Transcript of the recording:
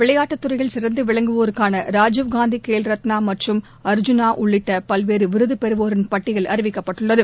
விளையாட்டுத் துறையில் சிறந்து விளங்குவோருக்கான ராஜீவ்காந்தி கேல் ரத்னா மற்றும் அர்ஜுனா உள்ளிட்ட பல்வேறு விருது பெறுவோரின் பட்டியல் அறிவிக்கப்பட்டுள்ளது